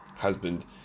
Husband